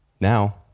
Now